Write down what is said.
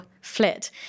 Flit